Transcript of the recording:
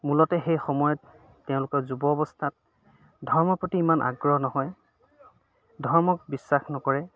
মূলতে সেই সময়ত তেওঁলোকৰ যুৱ অৱস্থাত ধৰ্ম প্ৰতি ইমান আগ্ৰহ নহয় ধৰ্মক বিশ্বাস নকৰে